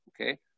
Okay